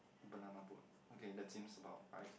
banana boat okay that seems about right